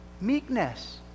Meekness